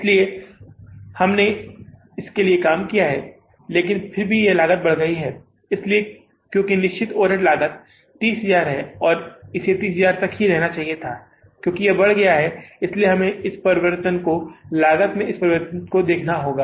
इसलिए हमने इसके लिए काम किया है लेकिन फिर भी यह लागत बढ़ गई है इसलिए क्योंकि निश्चित ओवरहेड लागत 30000 है इसलिए इसे 30000 तक रहना चाहिए था क्योंकि यह बढ़ गया है इसलिए हमें इस परिवर्तन को लागत में इस परिवर्तन के लिए देखना होगा